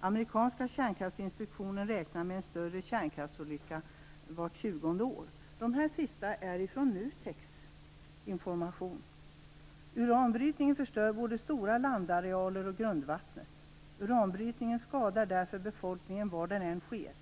Amerikanska kärnkraftsinspektionen räknar med en större kärnkraftsolycka vart tjugonde år. De här uppgifterna kommer från NUTEK:s information. Uranbrytningen förstör både stora landarealer och grundvattnet. Uranbrytningen skadar därför befolkningen var den än sker.